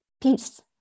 peace